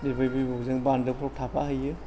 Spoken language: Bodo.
बिबै बिबौजों बान्दोफ्राव थाफा हैयो